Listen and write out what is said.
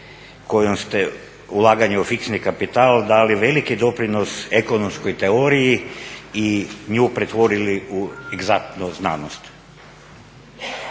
kojom ste ulaganje u fiksni kapital dali veliki doprinos ekonomskoj teoriji i nju pretvorili u egzaktnu znanost.